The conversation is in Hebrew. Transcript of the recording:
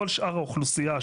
כל שאר האוכלוסייה,